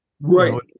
right